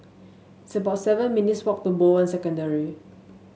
it's about seven minutes' walk to Bowen Secondary